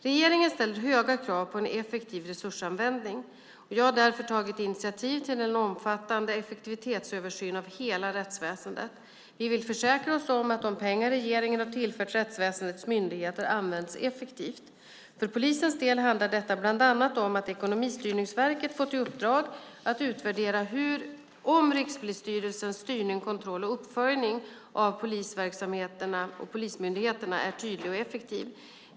Regeringen ställer höga krav på en effektiv resursanvändning. Jag har därför tagit initiativ till en omfattande effektivitetsöversyn av hela rättsväsendet. Vi vill försäkra oss om att de pengar regeringen har tillfört rättsväsendets myndigheter används effektivt. För polisens del handlar detta bland annat om att Ekonomistyrningsverket fått i uppdrag att utvärdera om Rikspolisstyrelsens styrning, kontroll och uppföljning av polismyndigheterna är tydlig och effektiv.